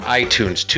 iTunes